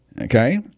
Okay